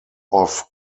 off